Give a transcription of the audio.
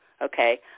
okay